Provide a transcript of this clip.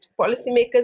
policymakers